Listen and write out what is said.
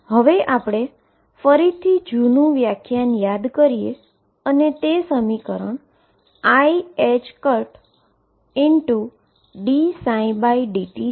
હવે આપણે ફરી થી જુનુ વ્યાખ્યાન યાદ કરીએ અને તે સમીકરણ iℏdψdt છે